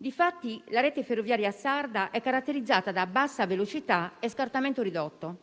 Difatti, la rete ferroviaria sarda è caratterizzata da bassa velocità e scartamento ridotto.